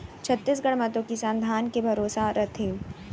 छत्तीसगढ़ म तो किसान मन धाने के भरोसा रथें